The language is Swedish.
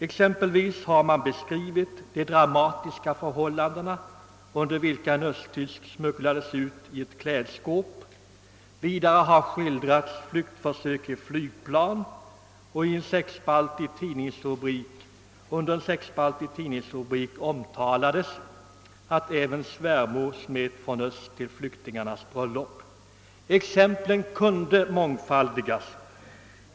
Exempelvis har man beskrivit de dramatiska förhållanden, under vilka en östtysk smugglades ut i ett klädskåp. Vidare har skildrats flyktförsök i flygplan och i en sexspaltig tidningsrubrik omtalades att »även svärmor smet från öst till flyktingarnas bröllop». Exemplen kunde mångfaldigas.